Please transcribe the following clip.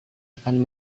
akan